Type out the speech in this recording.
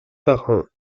parrain